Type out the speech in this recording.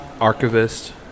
archivist